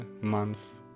month